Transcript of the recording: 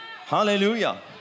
Hallelujah